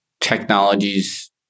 technologies